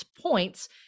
points